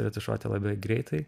retušuoti labai greitai